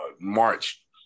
March